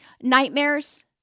nightmares